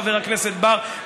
חבר הכנסת בר,